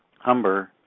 Humber